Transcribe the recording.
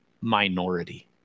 minority